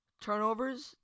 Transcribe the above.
Turnovers